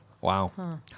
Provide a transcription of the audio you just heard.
Wow